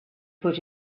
put